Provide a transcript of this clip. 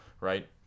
right